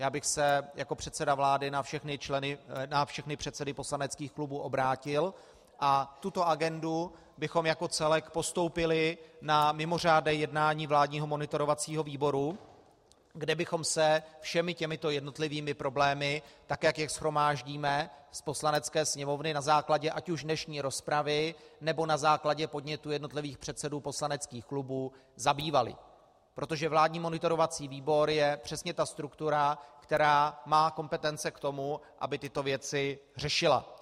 Já bych se jako předseda vlády na všechny předsedy poslaneckých klubů obrátil a tuto agendu bychom jako celek postoupili na mimořádné jednání vládního monitorovacího výboru, kde bychom se všemi těmito jednotlivými problémy, tak jak je shromáždíme z Poslanecké sněmovny na základě ať už dnešní rozpravy, nebo na základě podnětů jednotlivých předsedů poslaneckých klubů, zabývali, protože vládní monitorovací výbor je přesně ta struktura, která má kompetence k tomu, aby tyto věci řešila.